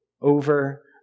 over